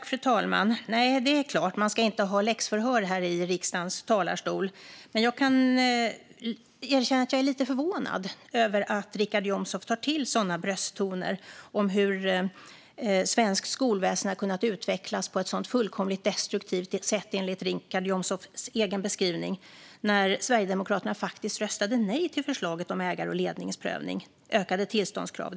Fru talman! Nej, det är klart att man inte ska ha läxförhör här i riksdagens talarstol. Men jag ska erkänna att jag är lite förvånad över att Richard Jomshof tar till sådana brösttoner om hur svenskt skolväsen har kunnat utvecklas på ett sätt som enligt hans egen beskrivning är helt destruktivt när Sverigedemokraterna faktiskt röstade nej till förslaget om ägar och ledningsprövning och ökade tillståndskrav.